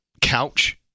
couch